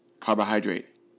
carbohydrate